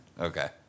Okay